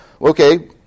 Okay